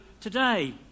today